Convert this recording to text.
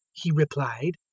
he replied.